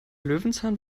löwenzahn